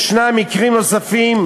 יש מקרים נוספים